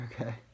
Okay